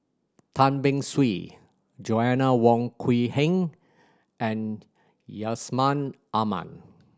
Tan Beng Swee Joanna Wong Quee Heng and Yusman Aman